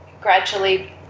gradually